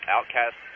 Outcast